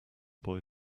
boy